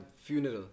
funeral